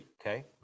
Okay